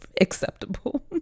acceptable